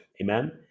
amen